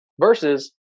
versus